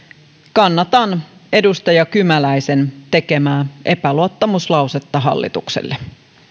kannatan edustaja kymäläisen tekemää epäluottamuslausetta hallitukselle